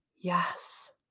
Yes